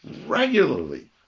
regularly